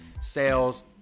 sales